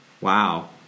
Wow